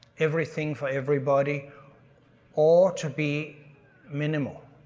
everything for everybody or to be minimal.